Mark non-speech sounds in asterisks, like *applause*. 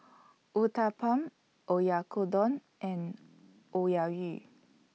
Uthapam Oyakodon and *unintelligible*